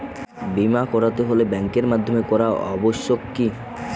বিমা করাতে হলে ব্যাঙ্কের মাধ্যমে করা আবশ্যিক কি?